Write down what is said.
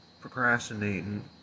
procrastinating